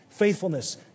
Faithfulness